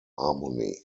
harmony